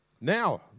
Now